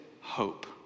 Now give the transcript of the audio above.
hope